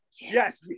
Yes